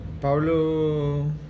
Pablo